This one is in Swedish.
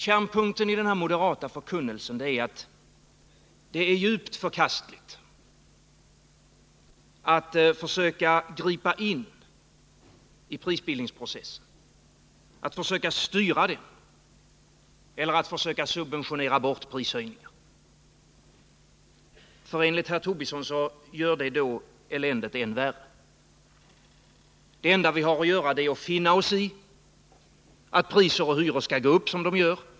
Kärnpunkten i den moderata förkunnelsen är att det är djupt förkastligt att försöka gripa in i prisbildningsprocessen, att försöka styra den och att försöka subventionera bort prishöjningar. Enligt herr Tobisson gör det eländet än värre. Det enda vi har att göra är att finna oss i att priser och hyror går upp som de gör.